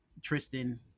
tristan